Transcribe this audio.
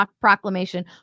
Proclamation